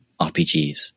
rpgs